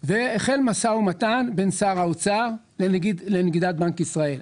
החל משא ומתן בין שר האוצר לנגידת בנק ישראל.